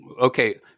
Okay